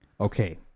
Okay